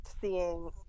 seeing